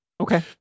Okay